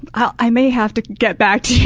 i may have to get back